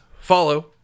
Follow